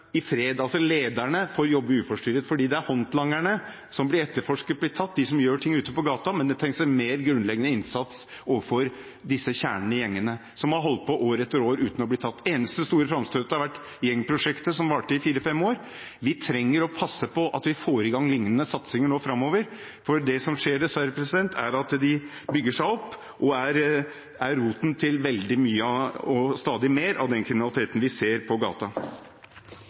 i fred. Lederne får jobbe uforstyrret, for det er håndlangerne, de som gjør ting ute på gaten, som blir etterforsket og tatt. Det trengs en mer grunnleggende innsats overfor disse kjernene i gjengene, som har holdt på år etter år uten å bli tatt. Det eneste store framstøtet har vært gjengprosjektet, som varte i fire–fem år. Vi trenger å passe på at vi får i gang liknende satsinger framover, for det som dessverre skjer, er at de bygger seg opp og er roten til veldig mye og stadig mer av den kriminaliteten vi ser på